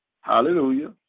hallelujah